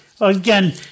Again